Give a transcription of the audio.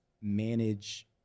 manage